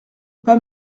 pas